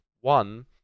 one